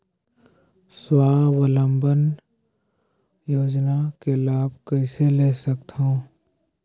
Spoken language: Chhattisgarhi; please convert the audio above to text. स्वावलंबन योजना के लाभ कइसे ले सकथव?